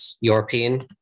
European